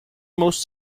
most